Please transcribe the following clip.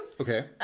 Okay